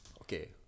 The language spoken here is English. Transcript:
Okay